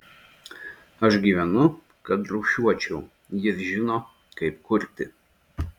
aš gyvenu kad rūšiuočiau jis žino kaip kurti